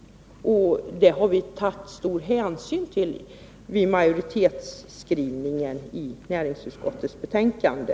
Det har vi tagit stor hänsyn till vid utformningen av majoritetsskrivningen i näringsutskottets betänkande.